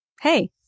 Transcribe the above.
Hey